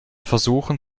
versuchen